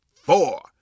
four